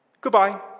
Goodbye